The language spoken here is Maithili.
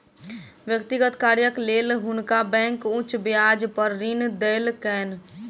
व्यक्तिगत कार्यक लेल हुनका बैंक उच्च ब्याज पर ऋण देलकैन